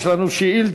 יש לנו שאילתה,